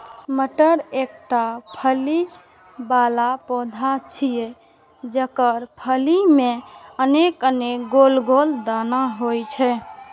मटर एकटा फली बला पौधा छियै, जेकर फली मे अनेक गोल गोल दाना होइ छै